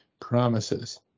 promises